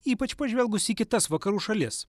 ypač pažvelgus į kitas vakarų šalis